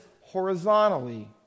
horizontally